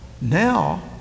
Now